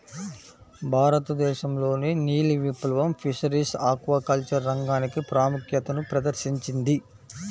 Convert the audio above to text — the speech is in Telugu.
భారతదేశంలోని నీలి విప్లవం ఫిషరీస్ ఆక్వాకల్చర్ రంగానికి ప్రాముఖ్యతను ప్రదర్శించింది